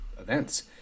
events